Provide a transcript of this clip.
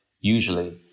usually